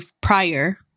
prior